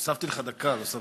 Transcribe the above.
הוספתי לך דקה, לא שמתי לב.